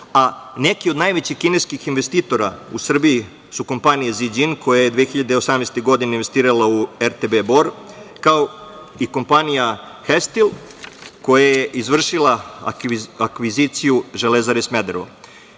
a neki od najvećih kineskih investitora u Srbiji su kompanije „Ziđin“, koja je 2018. godine investirala u RTB „Bor“, kao i kompanija „Hestil“, koja je izvršila akviziciju Železare Smederevo.